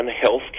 health